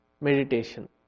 meditation